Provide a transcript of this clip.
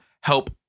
help